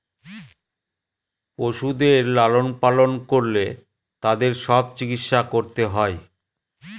পশুদের লালন পালন করলে তাদের সব চিকিৎসা করতে হয়